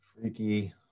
freaky